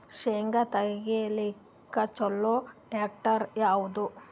ಶೇಂಗಾ ತೆಗಿಲಿಕ್ಕ ಚಲೋ ಟ್ಯಾಕ್ಟರಿ ಯಾವಾದು?